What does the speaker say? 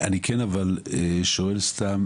אני כן שואל סתם